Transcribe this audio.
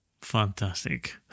Fantastic